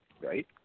Right